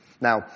Now